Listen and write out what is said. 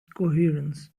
coherence